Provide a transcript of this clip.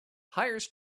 hires